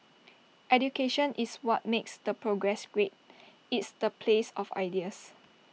education is what makes the progress great it's the place of ideas